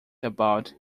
about